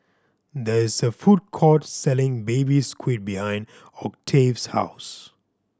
there is a food court selling Baby Squid behind Octave's house